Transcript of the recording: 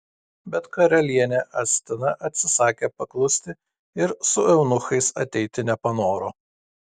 bet karalienė astina atsisakė paklusti ir su eunuchais ateiti nepanoro